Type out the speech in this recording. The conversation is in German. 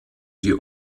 die